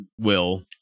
will-